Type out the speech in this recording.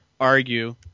argue